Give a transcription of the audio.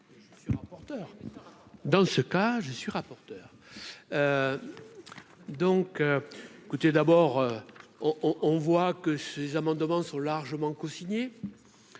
pardon. Rapporteur dans ce cas je suis rapporteur donc écoutez d'abord on, on voit que ces amendements sont largement cosigné